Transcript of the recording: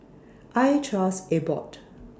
I Trust Abbott